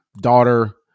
daughter-